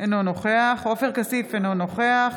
נוכח עופר כסיף, אינו נוכח